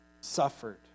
suffered